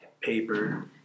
paper